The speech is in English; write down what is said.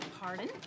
pardon